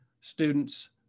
students